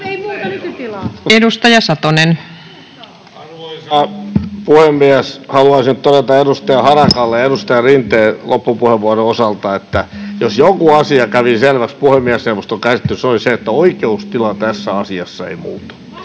17:03 Content: Arvoisa puhemies! Haluaisin todeta edustaja Harakalle ja edustaja Rinteen loppupuheenvuoron osalta, että jos joku asia kävi selväksi puhemiesneuvoston käsittelyssä, se oli se, että oikeustila tässä asiassa ei muutu,